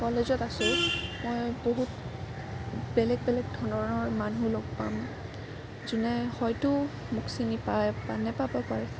কলেজত আছো মই বহুত বেলেগ বেলেগ ধৰণৰ মানুহ লগ পাম যোনে হয়তো মোক চিনি পায় বা নেপাব পাৰে